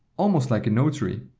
almost like a notary.